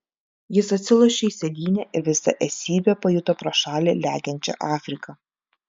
jis atsilošė į sėdynę ir visa esybe pajuto pro šalį lekiančią afriką